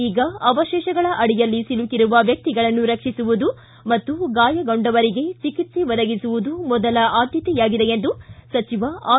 ಈಗ ಅವಶೇಷಗಳ ಅಡಿಯಲ್ಲಿ ಸಿಲುಕಿರುವ ವ್ಯಕ್ತಿಗಳನ್ನು ರಕ್ಷಿಸುವುದು ಮತ್ತು ಗಾಯಗೊಂಡವರಿಗೆ ಚಿಕಿತ್ಸೆ ಒದಗಿಸುವುದು ಮೊದಲ ಆದ್ಭತೆಯಾಗಿದೆ ಎಂದು ಸಚಿವ ಆರ್